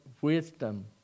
wisdom